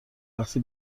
وقتی